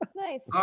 um nice. ah